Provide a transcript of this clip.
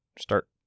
start